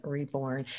reborn